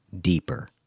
deeper